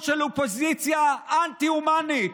חברת הכנסת סלימאן,